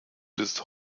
bis